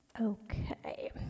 Okay